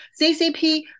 CCP